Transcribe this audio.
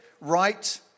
right